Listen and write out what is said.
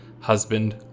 husband